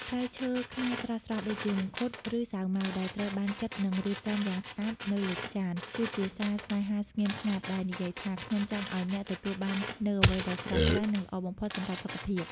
ផ្លែឈើខ្មែរស្រស់ៗដូចជា មង្ឃុត ឬសាវម៉ាវ ដែលត្រូវបានចិត និងរៀបចំយ៉ាងស្អាតនៅលើចាន គឺជាសារស្នេហាស្ងៀមស្ងាត់ដែលនិយាយថា «ខ្ញុំចង់ឱ្យអ្នកទទួលបាននូវអ្វីដែលស្រស់ស្រាយ និងល្អបំផុតសម្រាប់សុខភាព»។